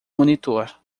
monitor